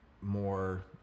more